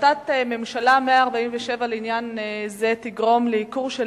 החלטת ממשלה 147 לעניין זה תגרום לייקור של